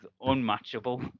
unmatchable